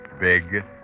Big